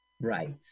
Right